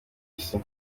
isi